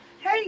Hey